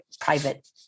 private